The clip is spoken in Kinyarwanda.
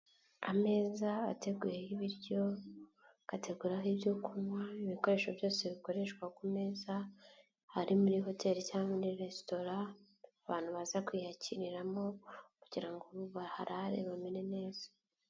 Ameza ateguyeho ibiryo, agateguraho ibyo kunywa, ibikoresho byose bikoreshwa ku meza, haba ari muri hoteli cyangwa resitora abantu baza kwiyakiriramo, kugira ngo baharare bamere neza.